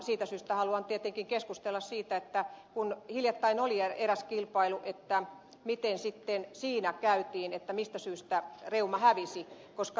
siitä syystä haluan tietenkin keskustella siitä että kun hiljattain oli eräs kilpailu miten siinä kävi mistä syystä reuma hävisi siinä kilpailussa